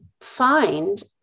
find